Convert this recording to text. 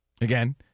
again